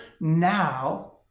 now